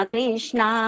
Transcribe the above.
Krishna